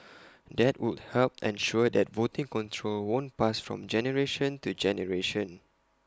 that would help ensure that voting control won't pass from generation to generation